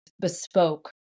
bespoke